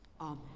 Amen